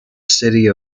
city